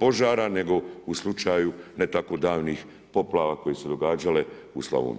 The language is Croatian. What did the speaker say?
požara, nego u slučaju, ne tako davnih poplava koje su se događale u Slavoniji.